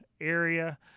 area